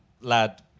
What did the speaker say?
lad